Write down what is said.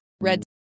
red